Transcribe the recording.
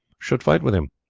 should fight with him.